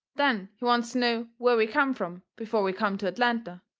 then he wants to know where we come from before we come to atlanta,